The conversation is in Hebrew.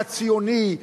הציוני,